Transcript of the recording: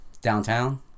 downtown